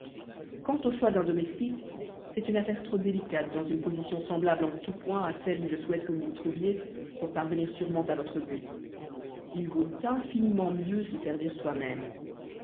quant au choix d'un domestique c'est une affaire trop délicate dans une position semblable en tout point à celle où je souhaite que vous vous trouviez pour parvenir sûrement à votre but il vaut infiniment mieux se servir soi-même